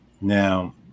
Now